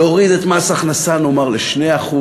להוריד את מס ההכנסה נאמר ל-2%,